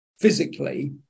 physically